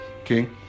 Okay